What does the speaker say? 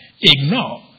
ignore